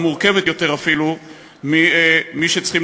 או מורכבת יותר אפילו מזו של מי שצריכים